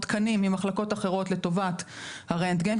תקנים ממחלקות אחרות לטובת הרנטגן,